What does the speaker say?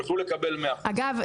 יוכלו לקבל 100%. אגב,